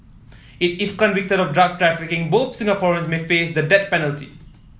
if convicted of drug trafficking both Singaporeans may face the death penalty